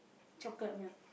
chocolate milk